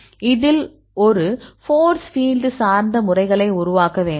இதில் ஒரு force field சார்ந்த முறைகளை உருவாக்க வேண்டும்